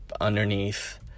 underneath